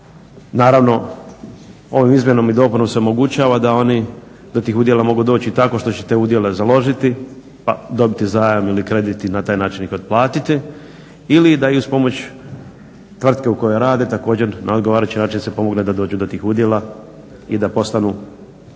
Naravno ovom izmjenom i dopunom se omogućava da oni do tih udjela mogu doći i tako što će te udjele založiti pa dobiti zajam ili kredit i na taj način ih otplatiti ili da ih uz pomoć tvrtke u kojoj rade također na određeni način se pomogne da dođu do tih udjela i da postanu suvlasnici